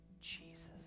Jesus